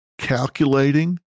calculating